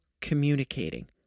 communicating